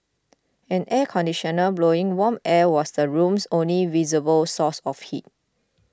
an air conditioner blowing warm air was the room's only visible source of heat